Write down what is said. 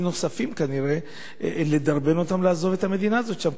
נוספים כנראה לדרבן אותם לעזוב את המדינה הזאת שם,